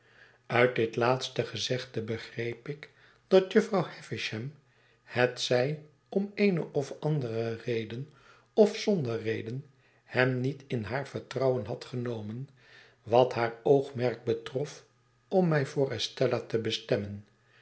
uit dit laatste gezegde begreep ik dat jufvrouw havisham hetzij om eene of andere reden of zonder reden hem niet in haar vertrouwen had genomen wat haar oogmerk betrof om mij voor estella te bestemmen